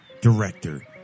director